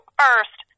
first